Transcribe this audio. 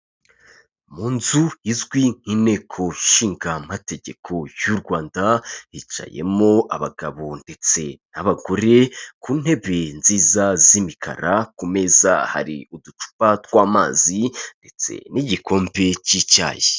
Mu nzu izwi nk'inteko ishinga amategeko y'u Rwanda hicayemo abagabo ndetse abagore, ku ntebe nziza z'imikara, ku meza hari uducupa tw'amazi ndetse n'igikombe cy'icyayi.